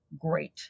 great